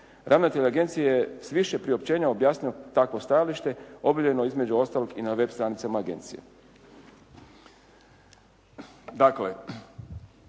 Ravnatelj agencije je s više priopćenja objasnio takvo stajalište objavljeno, između ostalog i na web stranicama agencije.